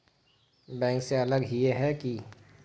Bank से अलग हिये है की?